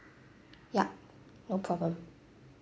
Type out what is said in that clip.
yup no problem